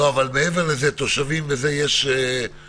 אבל מעבר לזה, תושבים וכו', יש פינוי?